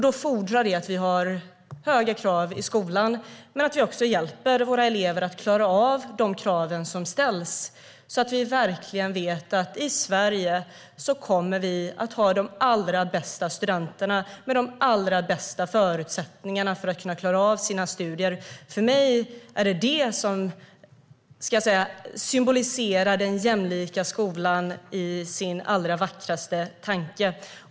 Det fordrar att vi har höga krav i skolan men också att vi hjälper våra elever att klara av de krav som ställs, så att vi verkligen vet att vi i Sverige kommer att ha de allra bästa studenterna med de allra bästa förutsättningarna för att klara av sina studier. För mig är det detta som symboliserar den jämlika skolan i sin allra vackraste tanke.